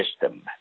system